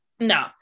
No